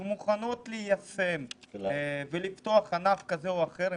שמוכנות ליישם ולפתוח ענף כזה או אחר.